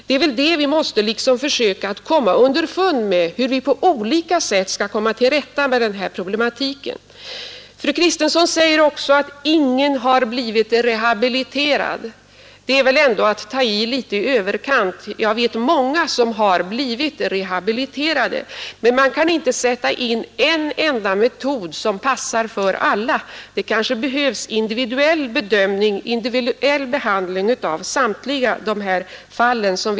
Det är väl det vi måste försöka komma underfund med, så att vi på olika sätt kan komma till rätta med problematiken. Fru Kristensson sade också att ingen har blivit rehabiliterad. Det är väl ändå att ta till litet i överkant. Jag vet många som har blivit rehabiliterade. Men man kan inte sätta in en enda metod som passar för alla. Det kanske behövs individuell bedömning, individuell behandling av samtliga fall.